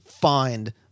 find